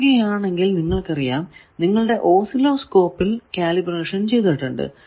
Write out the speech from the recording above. ഓർക്കുകയാണെങ്കിൽ നിങ്ങൾക്കറിയാം നിങ്ങളുടെ ഓസിലോസ്കോപ്പിൽ കാലിബ്രേഷൻ ചെയ്തിട്ടുണ്ട്